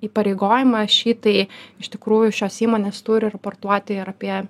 įpareigojimą šį tai iš tikrųjų šios įmonės turi ir parduoti ir apie